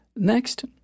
next